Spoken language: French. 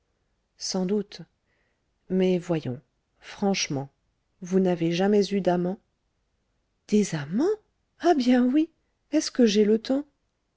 sans doute mais voyons franchement vous n'avez jamais eu d'amant des amants ah bien oui est-ce que j'ai le temps